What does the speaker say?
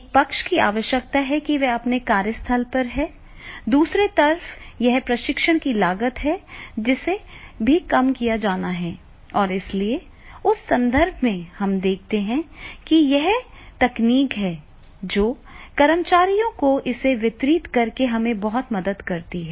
एक पक्ष की आवश्यकता है कि वे अपने कार्यस्थल पर हैं दूसरी तरफ यह प्रशिक्षण की लागत है जिसे भी कम किया जाना है और इसलिए उस संदर्भ में हम देखते हैं कि यह यह तकनीक है जो कर्मचारियों को इसे वितरित करके हमें बहुत मदद करती है